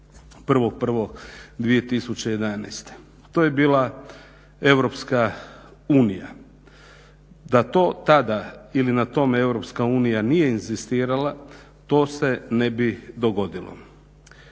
1.1.2011. To je bila Europska unija. Da to tada ili na tome EU nije inzistirala to se ne bi dogodilo.